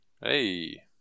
Hey